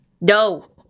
no